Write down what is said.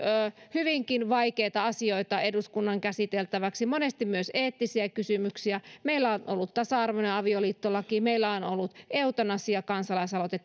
hyvinkin vaikeita asioita eduskunnan käsiteltäväksi monesti myös eettisiä kysymyksiä meillä on ollut tasa arvoinen avioliittolaki meillä on ollut eutanasiakansalaisaloite